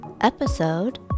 Episode